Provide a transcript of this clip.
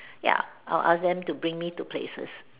ya I will ask them to bring me to places